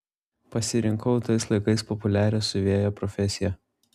pasirinkau tais laikais populiarią siuvėjo profesiją